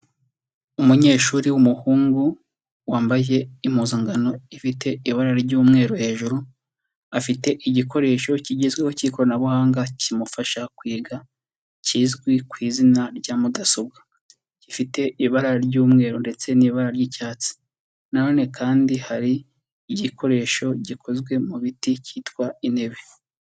Umunyeshuri w'umuhungu wambaye impuzankano ifite ibara ry'umweru hejuru, afite igikoresho kigezweho cy'ikoranabuhanga kimufasha kwiga kizwi ku izina rya mudasobwa, gifite ibara ry'umweru ndetse n'ibara ry'icyatsi na none kandi hari igikoresho gikozwe mu biti cyitwa intebe.